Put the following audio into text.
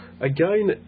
again